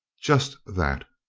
just that.